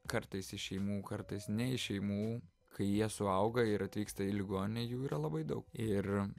kartais iš šeimų kartais ne iš šeimų kai jie suauga ir atvyksta į ligoninę jų yra labai daug ir